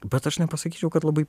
bet aš nepasakyčiau kad labai